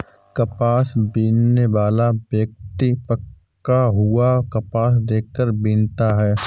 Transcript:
कपास बीनने वाला व्यक्ति पका हुआ कपास देख कर बीनता है